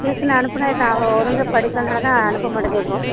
tuition அனுப்பினது தான் அவள் ஒழுங்கா படிக்கலைனாலதான் அனுப்பமாட்டேங்கிறோம்